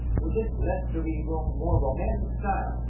with this less-cerebral, more romantic style,